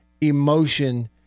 emotion